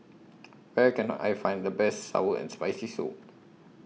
Where Can I Find The Best Sour and Spicy Soup